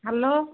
hello